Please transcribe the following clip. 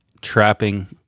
trapping